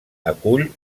acull